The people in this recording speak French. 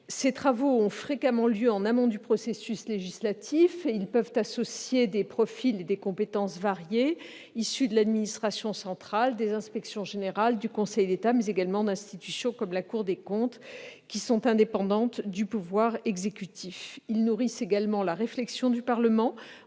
Ces travaux ont fréquemment lieu en amont du processus législatif et peuvent associer des compétences et des profils variés, issus de l'administration centrale, des inspections générales, du Conseil d'État, et également d'institutions comme la Cour des comptes qui sont indépendantes du pouvoir exécutif. Ils nourrissent aussi la réflexion du Parlement